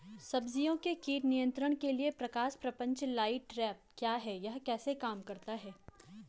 सब्जियों के कीट नियंत्रण के लिए प्रकाश प्रपंच लाइट ट्रैप क्या है यह कैसे काम करता है?